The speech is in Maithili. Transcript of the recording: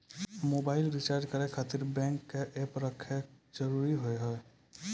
मोबाइल रिचार्ज करे खातिर बैंक के ऐप रखे जरूरी हाव है?